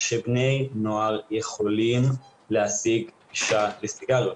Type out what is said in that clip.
שבני נוער יכולים להשיג גישה לסיגריות.